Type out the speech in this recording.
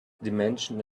dimensions